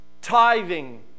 tithing